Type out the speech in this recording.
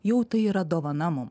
jau tai yra dovana mum